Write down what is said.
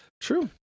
True